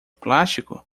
plástico